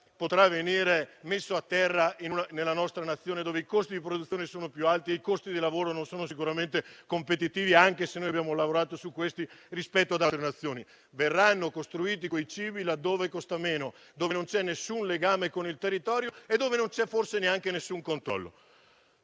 potrà venire messo a terra nella nostra Nazione, dove i costi di produzione sono più alti e il costo del lavoro non è sicuramente competitivo, anche se ci abbiamo lavorato, rispetto ad altre Nazioni. Quei cibi verranno prodotti dove costa meno, dove non c'è alcun legame con il territorio e dove non c'è forse neanche alcun controllo.